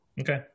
Okay